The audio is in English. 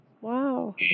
Wow